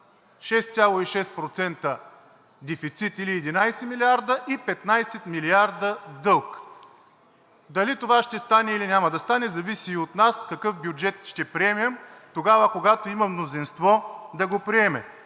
6,6% дефицит, или 11 милиарда, и 15 милиарда дълг. Дали това ще стане, или няма да стане, зависи и от нас какъв бюджет ще приемем тогава, когато има мнозинство да го приеме.